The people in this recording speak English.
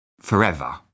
forever